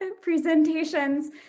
presentations